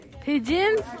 Pigeons